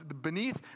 beneath